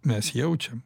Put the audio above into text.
mes jaučiam